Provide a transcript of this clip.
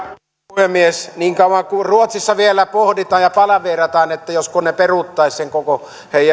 puhemies niin kauan kuin ruotsissa vielä pohditaan ja palaveerataan josko ne peruuttaisivat sen koko